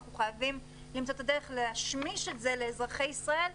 ואנחנו חייבים למצוא את הדרך להשמיש את זה לאזרחי ישראל,